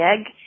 egg